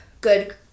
good